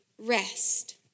rest